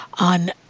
on